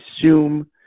assume